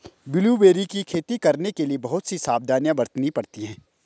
blueberry की खेती करने के लिए बहुत सी सावधानियां बरतनी पड़ती है